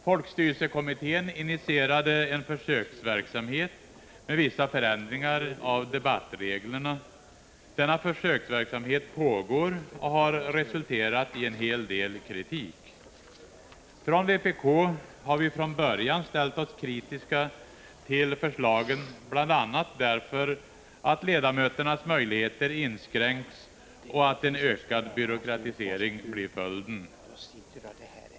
Folkstyrelsekommittén initierade en försöksverksamhet med vissa förändringar av debattreglerna. Denna försöksverksamhet pågår och har resulterat i en hel del kritik. Från vpk har vi från början ställt oss kritiska till förslagen, bl.a. därför att ledamöternas möjligheter inskränks och att en ökad byråkratisering blir följden.